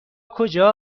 کجا